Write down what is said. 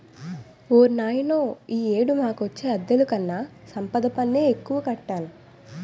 ఓర్నాయనో ఈ ఏడు మాకొచ్చే అద్దెలుకన్నా సంపద పన్నే ఎక్కువ కట్టాను